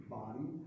body